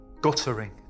guttering